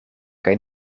kaj